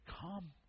come